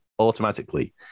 automatically